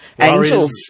Angels